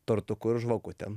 tortuku ir žvakutėm